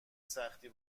سختی